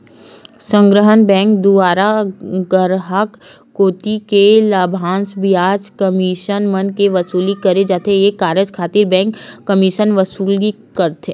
संग्रहन बेंक दुवारा गराहक कोती ले लाभांस, बियाज, कमीसन मन के वसूली करे जाथे ये कारज खातिर बेंक कमीसन वसूल करथे